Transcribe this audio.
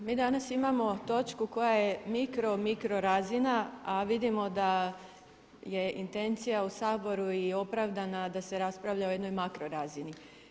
Mi danas imamo točku koja je mikro, mikro razina a vidimo da je intencija u Saboru i opravdana, a da se raspravlja o jednoj makro razini.